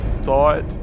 thought